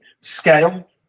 Scale